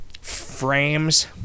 Frames